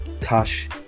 Tash